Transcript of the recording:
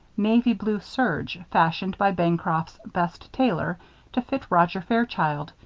navy-blue serge, fashioned by bancroft's best tailor to fit roger fairchild,